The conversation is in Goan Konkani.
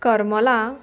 करमलां